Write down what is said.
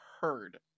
heard